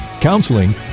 counseling